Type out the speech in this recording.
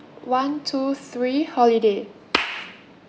one two three holiday